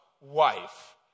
wife